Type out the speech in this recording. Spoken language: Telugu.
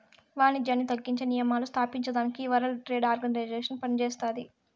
వానిజ్యాన్ని తగ్గించే నియమాలు స్తాపించేదానికి ఈ వరల్డ్ ట్రేడ్ ఆర్గనైజేషన్ పనిచేస్తాది